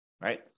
right